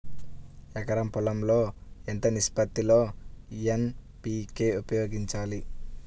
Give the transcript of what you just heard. ఎకరం పొలం లో ఎంత నిష్పత్తి లో ఎన్.పీ.కే ఉపయోగించాలి?